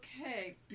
Okay